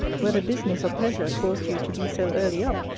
whether business or pleasure caused you to be so early up,